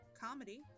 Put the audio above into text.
comedy